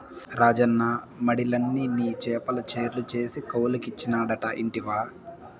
రాజన్న మడిలన్ని నీ చేపల చెర్లు చేసి కౌలుకిచ్చినాడట ఇంటివా